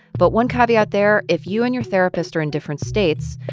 but one caveat there if you and your therapist are in different states,